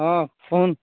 ହଁ ଫୋନ୍